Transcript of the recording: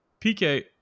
PK